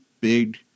big